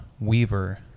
Weaver